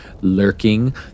lurking